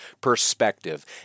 perspective